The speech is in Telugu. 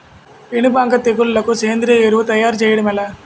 పేను బంక తెగులుకు సేంద్రీయ ఎరువు తయారు చేయడం ఎలా?